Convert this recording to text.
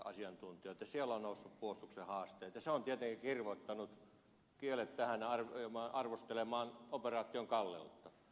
siellä ovat nousseet esiin puolustuksen haasteet ja se on tietenkin kirvoittanut kielet arvostelemaan operaation kalleutta